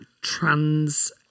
trans